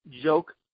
joke